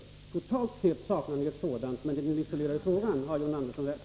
Ni saknar ett sådant, totalt sett, men i denna isolerade fråga har John Andersson rätt.